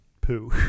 poo